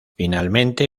finalmente